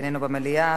אינו במליאה,